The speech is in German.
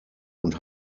und